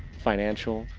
financial,